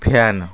fan